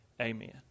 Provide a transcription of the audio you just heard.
Amen